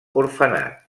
orfenat